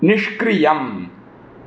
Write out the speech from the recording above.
निष्क्रियम्